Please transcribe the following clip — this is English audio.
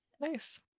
Nice